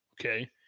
Okay